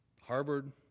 Harvard